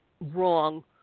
wrong